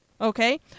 okay